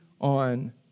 on